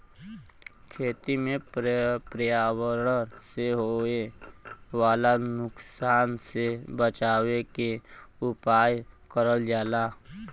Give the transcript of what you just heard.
खेती में पर्यावरण से होए वाला नुकसान से बचावे के उपाय करल जाला